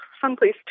someplace